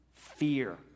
Fear